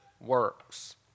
works